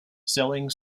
selling